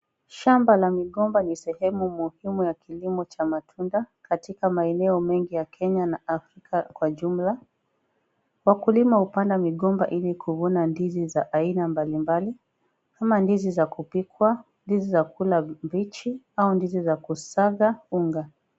Shamba la migomba ni sehemu muhimu ya kilimo cha matunda katika maeneo mengi ya Kenya na Afrika kwa jumla. Wakulima hupanda migomba ili kuvuna ndizi za aina mbalimbali kama ndizi za kupikwa, ndizi za kula mbichi au ndizi za kusaga unga.